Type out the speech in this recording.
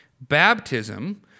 baptism